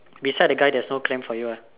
beside the guy there's no clam for you ah